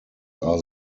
are